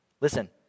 listen